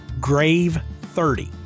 GRAVE30